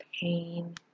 pain